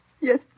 Yes